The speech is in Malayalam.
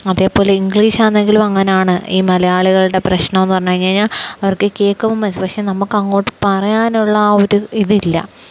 അതേപോലെ ഇംഗ്ലീഷാണെങ്കിലും അങ്ങനെയാണ് ഈ മലയാളികളുടെ പ്രശ്നമെന്ന് പറഞ്ഞുകഴിഞ്ഞാല് അവർക്ക് കേള്ക്കുമ്പോള് മനസിലാകും പക്ഷേ നമുക്ക് അങ്ങോട്ട് പറയാനുള്ള ആ ഒരു ഇതില്ല